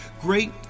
great